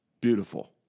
beautiful